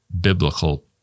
biblical